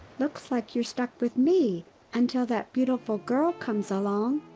looks like you're stuck with me until that beautiful girl comes along.